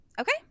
Okay